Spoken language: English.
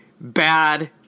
bad